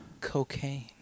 cocaine